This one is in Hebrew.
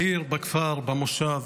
בעיר, בכפר, במושב,